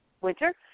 winter